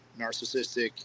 narcissistic